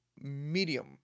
medium